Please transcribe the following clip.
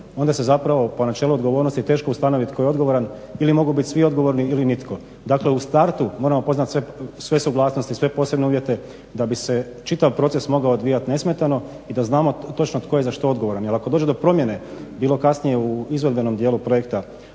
onda se zapravo po načelu odgovornosti teško ustanovit tko je odgovoran ili mogu biti svi odgovorni ili nitko. Dakle u startu moramo upoznati sve suglasnosti, sve posebne uvjete da bi se čitav proces mogao odvijat nesmetano i da znamo točno tko je za što odgovoran jer ako dođe do promjene bilo kasnije u izvedbenom djelu projekta